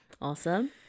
Awesome